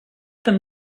them